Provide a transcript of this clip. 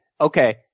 Okay